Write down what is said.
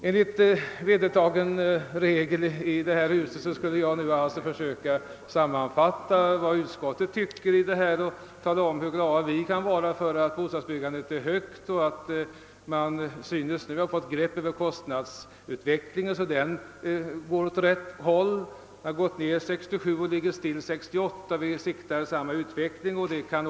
Enligt vedertagen regel i detta hus skulle jag alltså försöka sammanfatta vad utskottet anser och då uttrycka glädje över att bostadsbyggandet är högt och att man till synes nu fått grepp om kostnadsutvecklingen så att denna går åt rätt håll — kostnaderna sjönk under 1967 och var oförändrade under 1968, och en liknande utveckling förutses för framtiden.